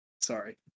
sorry